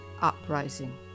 Uprising